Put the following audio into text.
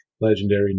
legendary